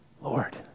Lord